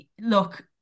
look